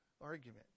argument